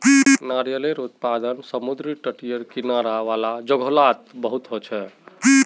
नारियालेर उत्पादन समुद्री तटेर किनारा वाला जोगो लात बहुत होचे